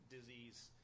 disease